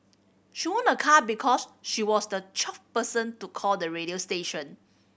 she won a car because she was the twelfth person to call the radio station